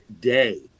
day